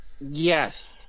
yes